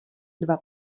dva